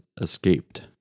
escaped